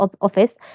Office